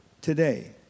today